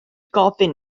gofyn